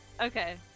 okay